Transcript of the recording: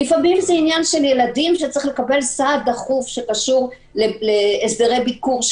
לפעמים זה עניין של ילדים שצריכים לקבל סעד דחוף שקשור להסדר ביקור,